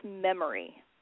memory